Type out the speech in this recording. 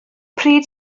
pryd